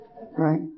Right